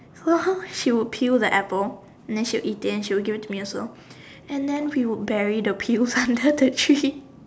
she would peel the apple and then she'll eat then she'll give it to me as all and then we'll bury the peels under the tree